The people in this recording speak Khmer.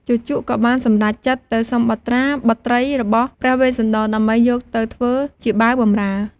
ជូជកក៏បានសម្រេចចិត្តទៅសុំបុត្រាបុត្រីរបស់ព្រះវេស្សន្តរ ដើម្បីយកទៅធ្វើជាបាវបំរើ។